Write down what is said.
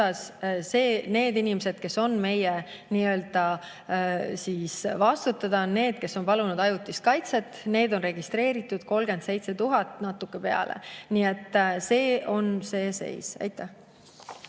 need inimesed, kes on meie nii-öelda vastutada, on need, kes on palunud ajutist kaitset. Neid on registreeritud 37 000 ja natuke peale. Nii et selline on see seis. Nüüd